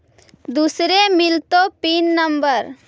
दुसरे मिलतै pin number?